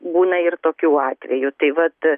būna ir tokių atvejų tai vat